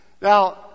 Now